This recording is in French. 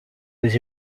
des